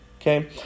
Okay